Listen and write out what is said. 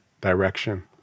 direction